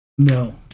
No